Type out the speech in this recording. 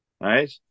right